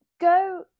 go